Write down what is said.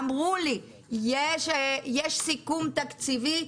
אמרו לי יש סיכום תקציבי,